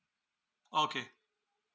okay